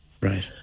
Right